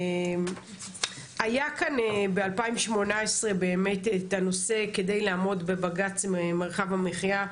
היה כאן ב-2018 את הנושא כדי לעמוד בבג"ץ מרחב המחיה,